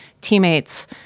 teammates